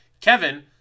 Kevin